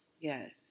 Yes